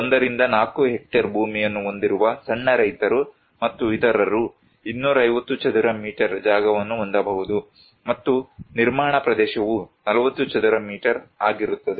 1 ರಿಂದ 4 ಹೆಕ್ಟೇರ್ ಭೂಮಿಯನ್ನು ಹೊಂದಿರುವ ಸಣ್ಣ ರೈತರು ಮತ್ತು ಇತರರು 250 ಚದರ ಮೀಟರ್ ಜಾಗವನ್ನು ಹೊಂದಬಹುದು ಮತ್ತು ನಿರ್ಮಾಣ ಪ್ರದೇಶವು 40 ಚದರ ಮೀಟರ್ ಆಗಿರುತ್ತದೆ